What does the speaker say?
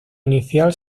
inicial